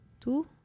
two